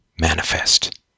manifest